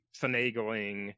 finagling